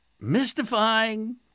mystifying